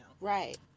right